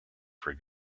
for